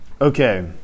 Okay